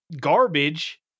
garbage